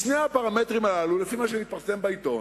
בשני הפרמטרים הללו, לפי מה שמתפרסם בעיתון,